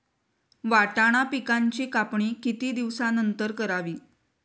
वाटाणा पिकांची कापणी किती दिवसानंतर करावी?